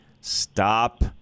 Stop